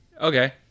Okay